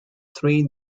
three